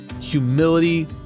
humility